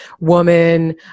woman